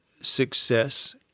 success